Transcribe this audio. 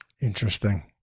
Interesting